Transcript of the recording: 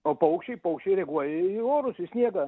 o paukščiai paukščiai reaguoja į orus į sniegą